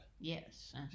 Yes